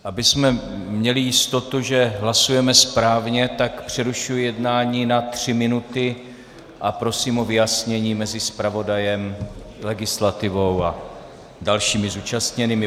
Abychom měli jistotu, že hlasujeme správně, tak přerušuji jednání na tři minuty a prosím o vyjasnění mezi zpravodajem, legislativou a dalšími zúčastněnými.